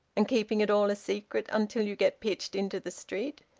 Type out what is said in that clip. and keeping it all a secret, until you get pitched into the street!